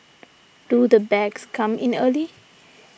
do the bags come in early